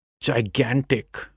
gigantic